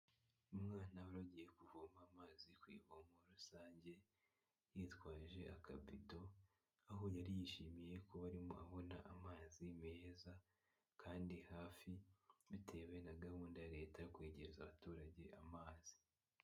Umwana wari agiye kuvoma amazi ku ivomo rusange, yitwaje akabido, aho yari yishimiye kuba arimo abona amazi meza, kandi hafi bitewe na gahunda ya leta yo kwegereza abaturage amazi.